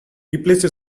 replaced